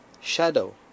shadow